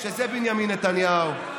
שזה בנימין נתניהו.